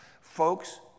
Folks